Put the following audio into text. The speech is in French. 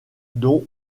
dont